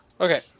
Okay